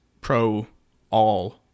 pro-all